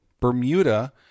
Bermuda